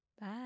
Bye